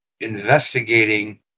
investigating